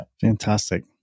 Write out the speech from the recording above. Fantastic